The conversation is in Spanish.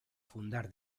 fundar